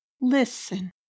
Listen